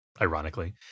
ironically